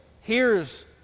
hears